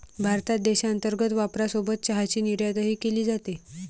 भारतात देशांतर्गत वापरासोबत चहाची निर्यातही केली जाते